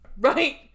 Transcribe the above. Right